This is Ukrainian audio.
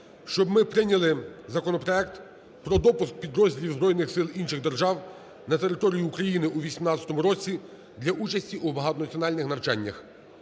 щоб ми прийняли законопроект про допуск підрозділів збройних сил інших держав на територію України у 2018 році для участі у багатонаціональних навчаннях.